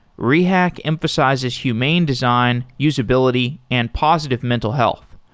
rehack emphasizes humane design, usability and positive mental health.